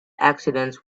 accidents